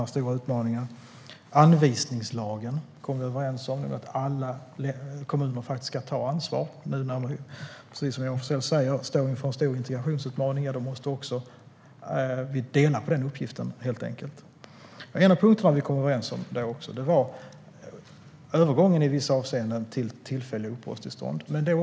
Vi gjorde en överenskommelse om anvisningslagen, det vill säga att alla kommuner faktiskt ska ta ansvar. När vi står inför en stor integrationsutmaning måste alla dela på den uppgiften. En av punkterna vi kom överens om gällde övergången till tillfälliga uppehållstillstånd i vissa avseenden.